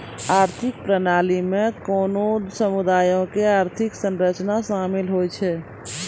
आर्थिक प्रणाली मे कोनो समुदायो के आर्थिक संरचना शामिल होय छै